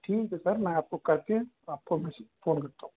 ठीक है सर मैं आपको करके आपको मैसेज फ़ोन करता हूँ